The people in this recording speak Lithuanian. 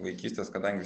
vaikystės kadangi